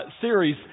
Series